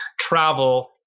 travel